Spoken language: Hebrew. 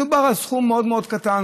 מדובר על סכום מאוד מאוד קטן,